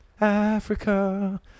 Africa